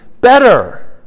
better